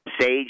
sage